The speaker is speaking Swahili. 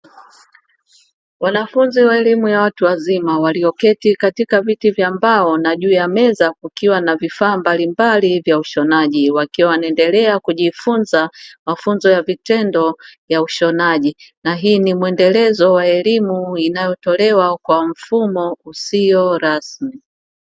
Wanafunzi wa elimu ya watu wazima walioketi katika viti vya mbao huku juu ya meza kukiwa na vifaa mbalimbali vya ushonaji, wanaendelea kujifunza mafunzo ya vitendo ya ushonaji, na hii ni muendelezo wa elimu inayo tolewa kwa mfumo usio rasmi.